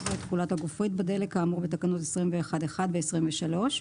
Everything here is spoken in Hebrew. בו את תכולת הגופרית בדלק כאמור בתקנות 21(1) ו-23.